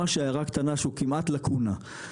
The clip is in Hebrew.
הערה קטנה על דבר שהוא כמעט לקונה.